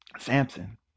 Samson